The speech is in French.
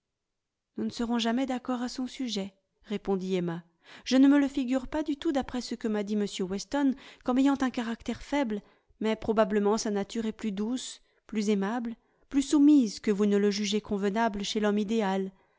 nous ne serons jamais d'accord à son sujet répondit emma je ne me le figure pas du tout d'après ce que m'a dit m weston comme ayant un caractère faible mais probablement sa nature est plus douce plus aimable plus soumise que vous ne le jugez convenable chez l'homme idéal